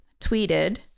tweeted